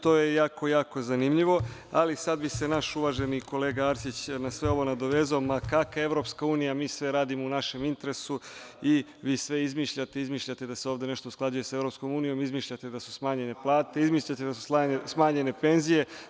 To je jako, jako zanimljivo, ali sada bi se naš uvaženi kolega Arsić na sve ovo nadovezao, ma kakva EU mi sve radimo u našem interesu i vi sve izmišljate, izmišljate da se ovde nešto usklađuje sa EU, izmišljate da su smanjene plate, izmišljate da su smanjene penzije.